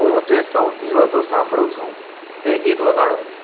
હું જે સૌથી વધુ સાંભળું છું તે ગીત વગાડો